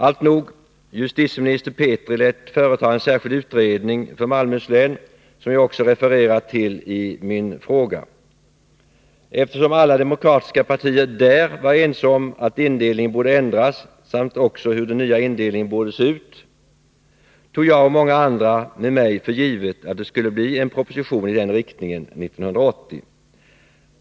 Alltnog — justitieminister Petri lät företa en särskild utredning för Malmöhus län, som jag ju också refererat till i min fråga. Eftersom alla demokratiska partier där var ense om att indelningen borde ändras samt också om hur den nya indelningen borde se ut, tog jag och många med mig för givet att det skulle bli en proposition i den riktningen 1980.